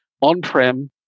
on-prem